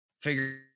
figure